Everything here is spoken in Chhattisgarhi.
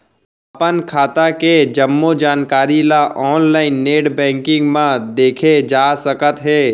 अपन खाता के जम्मो जानकारी ल ऑनलाइन नेट बैंकिंग म देखे जा सकत हे